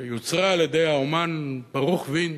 שיוצרה על-ידי האמן ברוך וינד,